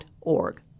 org